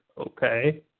okay